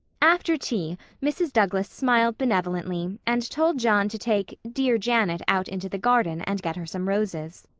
after tea mrs. douglas smiled benevolently and told john to take dear janet out into the garden and get her some roses.